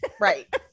right